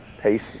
pace